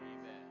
Amen